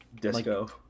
disco